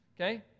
okay